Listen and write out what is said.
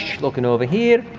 looking over here,